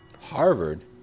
Harvard